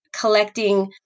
collecting